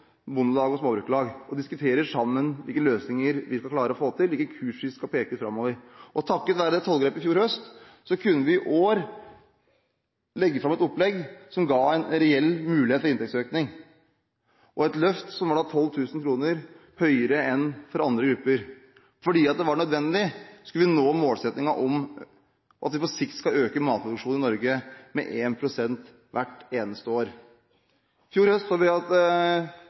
bondelag og småbrukarlag. Vi diskuterer sammen hvilke løsninger vi skal klare å få til, og hvilken kurs man skal stake ut framover. Takket være tollgrepet i fjor høst kunne vi i år legge fram et opplegg som ga en reell mulighet for inntektsøkning. Det var et løft som var 12 000 kr høyere enn for andre grupper, fordi det var nødvendig hvis vi skal nå målsettingen om at vi på sikt skal øke matproduksjonen i Norge med 1 pst. hvert eneste år. I fjor høst så vi